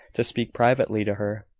to speak privately to her.